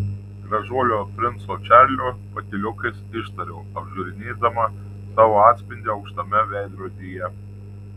gražuolio princo čarlio patyliukais ištariau apžiūrinėdama savo atspindį aukštame veidrodyje